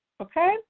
Okay